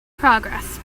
progress